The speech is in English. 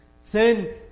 Sin